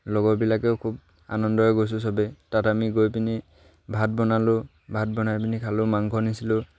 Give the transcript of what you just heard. লগৰবিলাকেও খুব আনন্দই গৈছোঁ চবেই তাত আমি গৈ পিনি ভাত বনালোঁ ভাত বনাই পিনি খালোঁ মাংস নিছিলোঁ